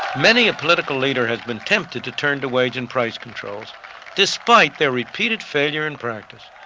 many a political leader has been tempted to turn to wage and price controls despite their repeated failure in practice.